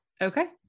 Okay